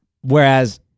whereas